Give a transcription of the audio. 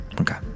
Okay